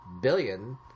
billion